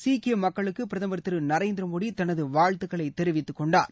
சீக்கிய மக்களுக்கு பிரதமர் திரு நரேந்திரமோடி தனது வாழ்த்துகளை தெரிவித்துக் கொண்டார்